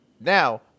now